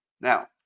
Now